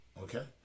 Okay